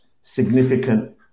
significant